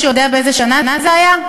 מישהו יודע באיזו שנה זה היה?